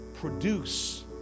produce